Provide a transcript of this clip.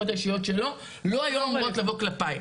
ההשתלחויות האישיות שלו לא היו אמורות לבוא כלפיי.